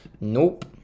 Nope